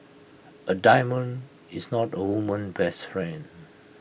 A diamond is not A woman's best friend